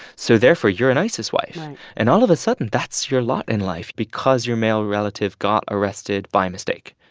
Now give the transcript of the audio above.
so therefore you're an isis wife right and all of a sudden, that's your lot in life because your male relative got arrested by mistake.